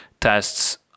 tests